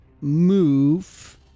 move